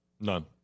None